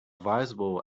visible